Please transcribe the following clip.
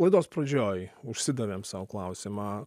laidos pradžioj užsidavėm sau klausimą